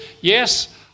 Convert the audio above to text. Yes